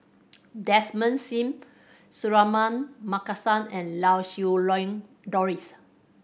Desmond Sim Suratman Markasan and Lau Siew Lang Doris